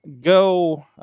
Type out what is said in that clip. go